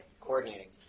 Coordinating